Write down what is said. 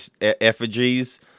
effigies